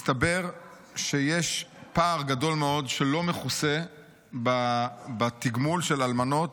מסתבר שיש פער גדול מאוד שלא מכוסה בתגמול של אלמנות,